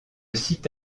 site